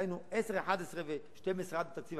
דהיינו 1010, 1011 ו-2012 עד התקציב